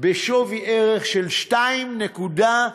בשווי ערך של 2.75